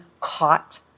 caught